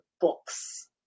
books